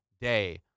day